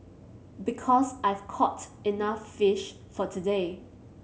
because I've caught enough fish for today